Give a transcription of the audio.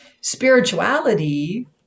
spirituality